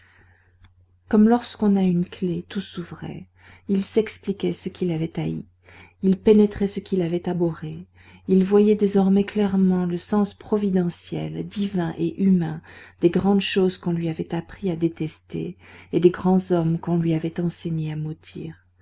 comme lorsqu'on a une clef tout s'ouvrait il s'expliquait ce qu'il avait haï il pénétrait ce qu'il avait abhorré il voyait désormais clairement le sens providentiel divin et humain des grandes choses qu'on lui avait appris à détester et des grands hommes qu'on lui avait enseigné à